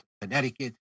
Connecticut